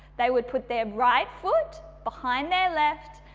they would put their right foot behind their left,